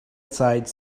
aside